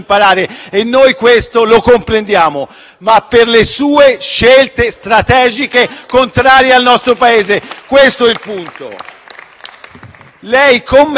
ma per le sue scelte strategiche contrarie al nostro Paese: questo è il punto. Lei, con metodo e determinazione,